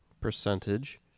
percentage